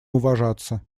уважаться